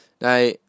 Now